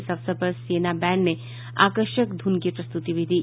इस अवसर पर सेना बैंड ने आकर्षक धुन की प्रस्तुति भी दी